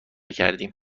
کردیم